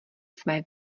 své